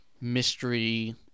mystery